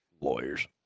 lawyers